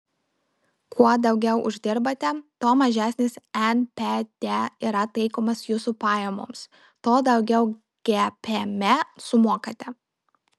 kuo daugiau uždirbate tuo mažesnis npd yra taikomas jūsų pajamoms tuo daugiau gpm sumokate